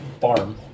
farm